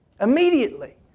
Immediately